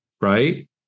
right